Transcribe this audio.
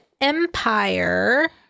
empire